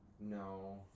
No